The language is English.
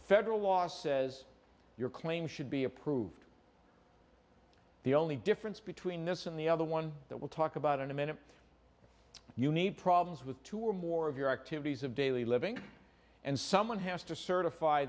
federal law says your claim should be approved the only difference between this and the other one that will talk about in a minute you need problems with two or more of your activities of daily living and someone has to certify